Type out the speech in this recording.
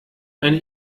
eine